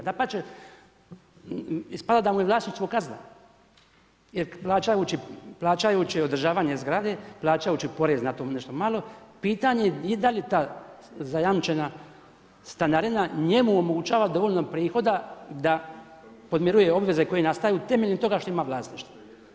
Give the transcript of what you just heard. Dapače, ispada da mu je vlasništvo kazna jer plaćajući održavanje zgrade, plaćajući na tom porez nešto malo, pitanje je i dalje da li ta zajamčena stanarina njemu omogućava dovoljno prihoda da podmiruje obveze koje nastaju temeljem toga što ima vlasništvo.